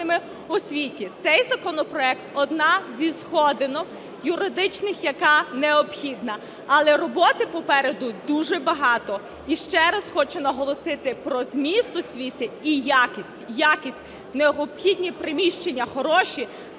Цей законопроект – одна зі сходинок юридичних, яка необхідна. Але роботи попереду дуже багато. І ще раз хочу наголосити про зміст освіти і якість. Необхідні приміщення хороші,